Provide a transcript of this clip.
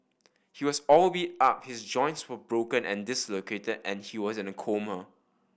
he was all beat up his joints were broken and dislocated and he was in a coma